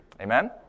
Amen